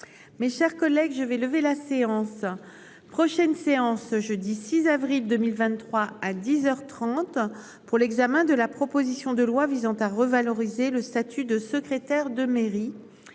Mes chers collègues, je vais lever la séance. Prochaine séance jeudi 6 avril 2023 à 10h 30 pour l'examen de la proposition de loi visant à revaloriser le statut de secrétaire de mairie.